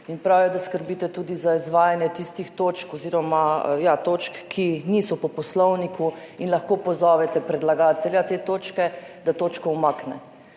In prav je, da skrbite tudi za izvajanje tistih točk oziroma, ja, točk, ki niso po poslovniku in lahko pozovete predlagatelja te točke, da točko umakne.